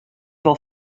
wol